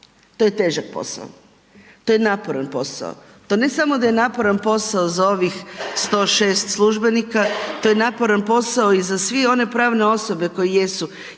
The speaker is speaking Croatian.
to je težak posao, to je naporan posao, to ne samo da je naporan posao za ovih 106 službenika, to je naporan i za sve one pravne osobe koje jesu